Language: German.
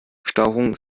stauchungen